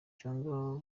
cyangwa